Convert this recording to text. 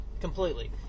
Completely